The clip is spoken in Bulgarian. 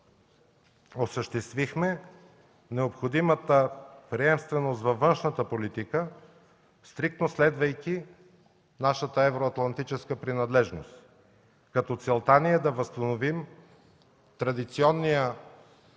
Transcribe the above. Осъществихме необходимата приемственост във външната политика, стриктно следвайки нашата евроатлантическа принадлежност, като целта ни е да възстановим традиционния